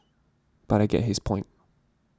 but I get his point